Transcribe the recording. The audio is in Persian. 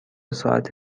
ساعت